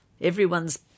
Everyone's